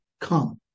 come